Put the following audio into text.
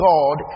God